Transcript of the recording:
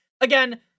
Again